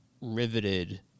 riveted